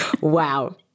Wow